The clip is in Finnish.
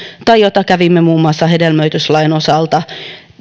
ja joita kävimme muun muassa hedelmöityslain osalta